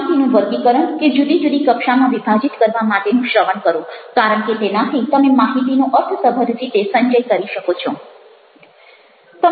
માહિતીનું વર્ગીકરણ કે જુદી જુદી કક્ષામાં વિભાજિત કરવા માટેનું શ્રવણ કરો કારણ કે તેનાથી તમે માહિતીનો અર્થસભર રીતે સંચય કરી શકો છો